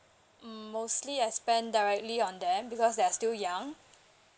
um mostly I spend directly on them because they are still young